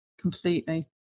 Completely